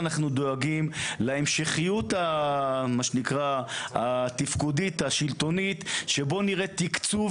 להמשכיות התפקודית והשלטונית שבו נראה תקצוב